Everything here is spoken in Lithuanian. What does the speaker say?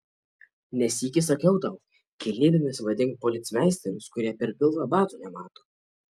ne sykį sakiau tau kilnybėmis vadink policmeisterius kurie per pilvą batų nemato